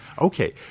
Okay